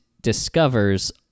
discovers